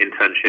internship